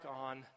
on